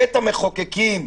בית המחוקקים,